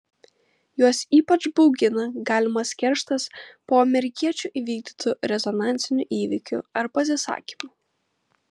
juos ypač baugina galimas kerštas po amerikiečių įvykdytų rezonansinių įvykių ar pasisakymų